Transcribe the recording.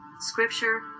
Scripture